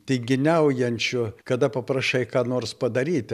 tinginiaujančių kada paprašai ką nors padaryti